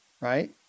right